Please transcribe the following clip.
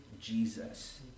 Jesus